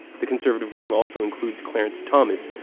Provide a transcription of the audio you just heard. the conservative wing also includes clarence thomas,